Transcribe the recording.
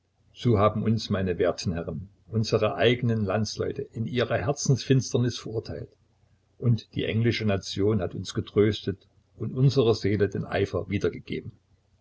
so haben uns meine werten herren unsere eigenen landsleute in ihrer herzensfinsternis verurteilt und die englische nation hat uns getröstet und unserer seele den eifer wiedergegeben